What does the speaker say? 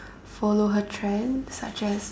follow her trend such as